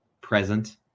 present